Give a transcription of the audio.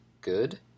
good